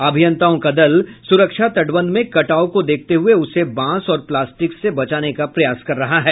अभियंताओं का दल स्रक्षा तटबंध में कटाव को देखते हये उसे बांस और प्लास्टिक से बचाने का प्रयास कर रहे हैं